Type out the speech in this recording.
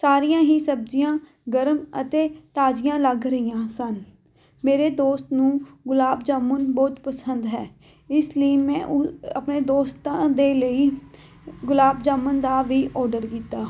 ਸਾਰੀਆਂ ਹੀ ਸਬਜ਼ੀਆਂ ਗਰਮ ਅਤੇ ਤਾਜ਼ੀਆਂ ਲੱਗ ਰਹੀਆਂ ਸਨ ਮੇਰੇ ਦੋਸਤ ਨੂੰ ਗੁਲਾਬ ਜਾਮੁਨ ਬਹੁਤ ਪਸੰਦ ਹੈ ਇਸ ਲਈ ਮੈਂ ਉ ਆਪਣੇ ਦੋਸਤਾਂ ਦੇ ਲਈ ਗੁਲਾਬ ਜਾਮੁਨ ਦਾ ਵੀ ਔਰਡਰ ਕੀਤਾ